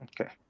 Okay